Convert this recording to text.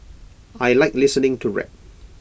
I Like listening to rap